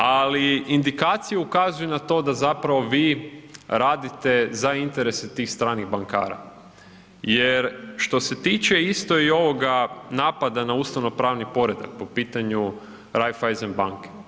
Ali indikacije ukazuju na to da zapravo vi radite za interese tih stranih bankara jer što se tiče isto i ovoga napada na ustavnopravni poredak po pitanju Raiffeisen banke.